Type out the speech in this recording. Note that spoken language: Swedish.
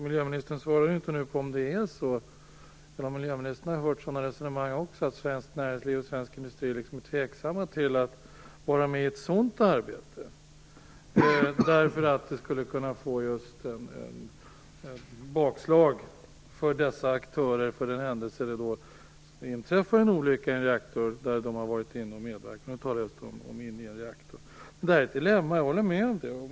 Miljöministern svarade inte på om hon också har hört resonemangen om att svenskt näringsliv och svensk industri skulle vara tveksamma till att vara med i ett sådant arbete, just för att det skulle kunna innebära ett bakslag för dessa aktörer i den händelse det inträffar en olycka i en reaktor där de har varit inne och medverkat. Nu talar jag alltså just om arbeten inne i en reaktor. Det här är ett dilemma; jag håller med om det.